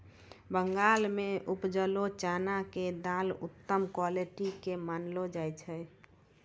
बंगाल मॅ उपजलो चना के दाल उत्तम क्वालिटी के मानलो जाय छै